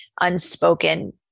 unspoken